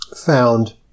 found